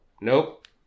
nope